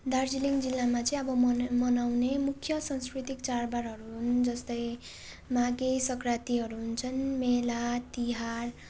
दार्जिलिङ जिल्लामा चाहिँ अब मना मनाउने मुख्य सांस्कृतिक चाडबाडहरू हुन् जस्तै माघे सङ्क्रान्तिहरू हुन्छन् मेला तिहार